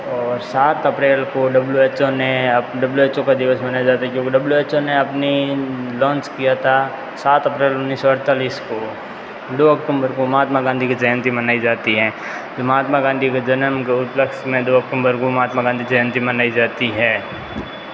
और सात अप्रैल को डब्लु एच ओ ने डब्लु एच ओ का दिवस मनाया जाता है क्योंकि डब्लु एच ओ ने अपनी लॉंच किया था सात अप्रैल उन्नीस सौ अडतालीस को दो अक्टूम्बर को महात्मा गांधी की जयंती मनाई जाती है महात्मा गांधी के जन्म के उपलक्ष में दो अक्टुम्बर को महात्मा गांधी जयंती मनाई जाती है